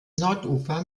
nordufer